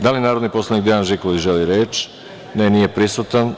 Da li narodni poslanik Dejan Nikolić želi reč? (Ne) Nije prisutan.